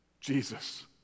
Jesus